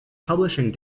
publishing